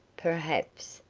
perhaps,